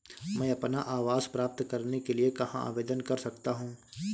मैं अपना आवास प्राप्त करने के लिए कहाँ आवेदन कर सकता हूँ?